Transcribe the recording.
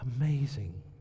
amazing